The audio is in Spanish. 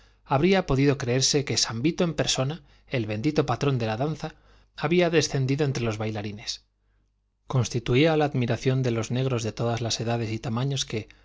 habría podido creerse que san vito en persona el bendito patrón de la danza había descendido entre los bailarines constituía la admiración de los negros de todas edades y tamaños que